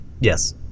Yes